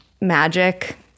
magic